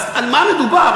אז על מה מדובר?